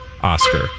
Oscar